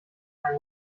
kein